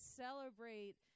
celebrate